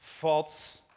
false